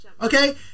Okay